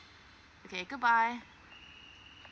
okay goodbye